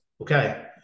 okay